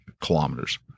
kilometers